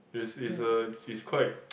is is a is quite